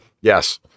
Yes